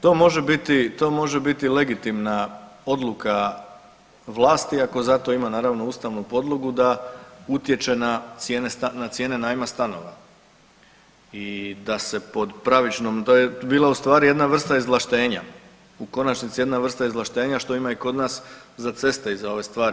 Ovoga to može biti, to može biti legitimna odluka vlasti ako za to ima naravno ustavnu podlogu da utječe na cijene najma stanova i da se pod pravičnom, to je bila u stvari jedna vrsta izvlaštenja, u konačnici jedna vrsta izvlaštenja što ima i kod nas za ceste i za ove stvari.